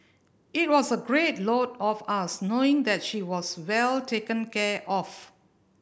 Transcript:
it was a great load off us knowing that she was well taken care of